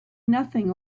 nothing